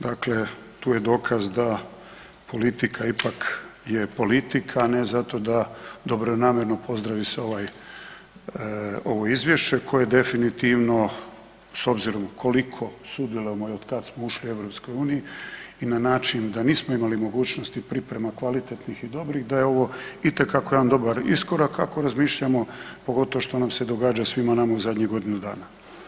Dakle, tu je dokaz da politika ipak je politika, a ne zato da dobronamjerno pozdravi se ovo izvješće koje definitivno s obzirom koliko sudjelujemo i od kad smo ušli u EU i na način da nismo imali mogućnosti priprema kvalitetnih i dobrih, da je ovo itekako jedan dobar iskorak ako razmišljamo pogotovo što nam se događa svima nama u zadnjih godinu dana.